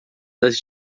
das